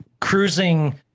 cruising